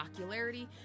ocularity